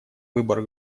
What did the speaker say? выбор